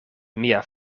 mia